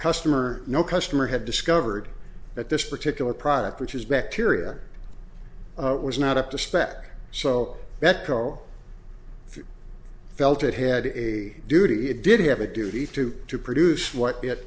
customer no customer had discovered that this particular product which is bacteria was not up to spec so that co if you felt it had a duty it did have a duty to to produce what it